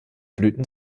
blüten